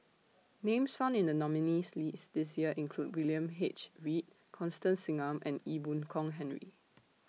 Names found in The nominees' list This Year include William H Read Constance Singam and Ee Boon Kong Henry